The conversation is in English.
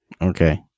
Okay